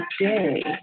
today